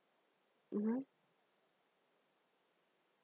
mmhmm